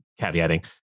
caveating